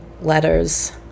letters